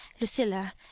lucilla